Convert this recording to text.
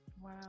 wow